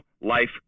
life